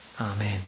Amen